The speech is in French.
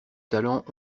talents